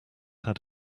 had